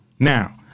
Now